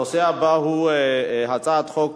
הצעת חוק